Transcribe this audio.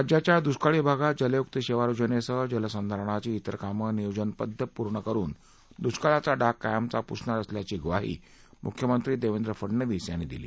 राज्याच्या दुष्काळी भागात जलयुक्त शिवार योजनेसह जलसंधारणाची तेर कामं नियोजनबध्द पूर्ण करून दुष्काळाचा डाग कायमचा पुसणार असल्याची म्वाही मुख्यमंत्री देवेंद्र फडनवीस यांनी दिली